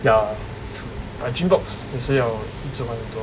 ya true like GYMMBOXX 也是要一次还很多